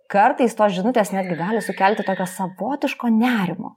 kartais tos žinutės netgi gali sukelti tokio savotiško nerimo